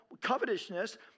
covetousness